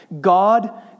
God